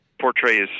portrays